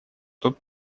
тут